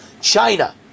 China